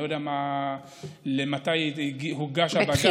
אני לא יודע מתי הוגש לבג"ץ.